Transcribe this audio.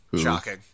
Shocking